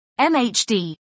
MHD